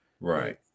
Right